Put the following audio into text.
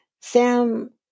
Sam